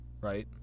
right